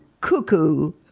cuckoo